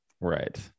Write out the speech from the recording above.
right